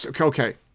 Okay